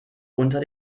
unter